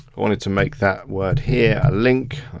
wanted to make that word here a link,